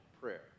prayer